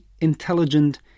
intelligent